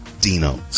Dino